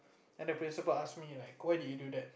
then the principal asked me like why did you do that